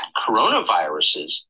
coronaviruses